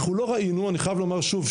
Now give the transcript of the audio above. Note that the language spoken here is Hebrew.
אני חייב לומר שוב,